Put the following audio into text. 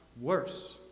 worse